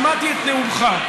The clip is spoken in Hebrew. שמעתי את נאומך.